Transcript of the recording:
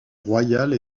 royale